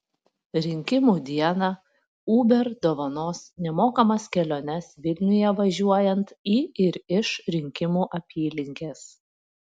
rinkimų dieną uber dovanos nemokamas keliones vilniuje važiuojant į ir iš rinkimų apylinkės